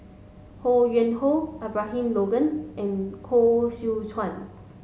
Ho Yuen Hoe Abraham Logan and Koh Seow Chuan